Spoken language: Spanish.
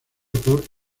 por